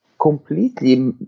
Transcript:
completely